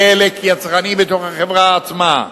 חלק יצרני בתוך החברה עצמה.